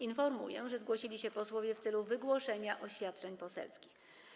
Informuję, że zgłosili się posłowie w celu wygłoszenia oświadczeń poselskich.